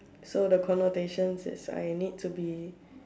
so the connotation is I need to be